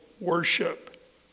worship